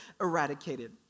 eradicated